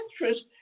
interest